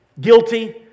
Guilty